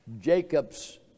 Jacob's